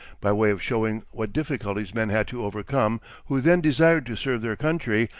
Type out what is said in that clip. by way of showing what difficulties men had to overcome who then desired to serve their country,